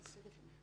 השולחן.